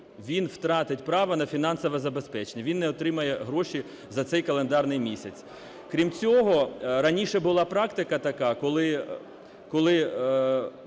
він втратить право на фінансове забезпечення, він не отримає гроші за цей календарний місяць. Крім цього, раніше була практика така, коли